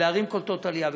אלא ערים קולטות עלייה.